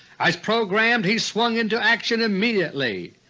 as programmed, he swung into action immediately.